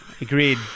Agreed